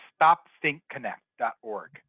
stopthinkconnect.org